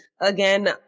again